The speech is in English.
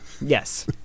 Yes